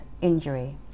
injury